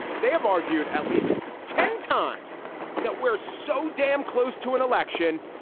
they have argued at least ten times that we're so damn close to an election.